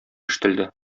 ишетелде